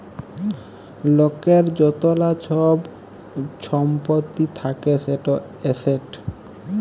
লকের য্তলা ছব ছম্পত্তি থ্যাকে সেট এসেট